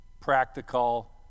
practical